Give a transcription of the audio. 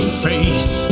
face